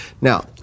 Now